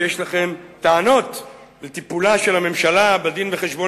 שיש לכם טענות על טיפולה של הממשלה בדין-וחשבון